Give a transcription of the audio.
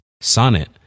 Sonnet